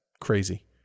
crazy